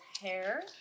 hair